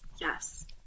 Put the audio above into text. Yes